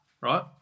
right